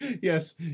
Yes